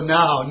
now